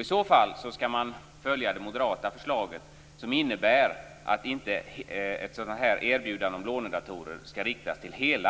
I så fall skall man följa det moderata förslaget, som innebär att erbjudanden om lånedatorer inte skall riktas till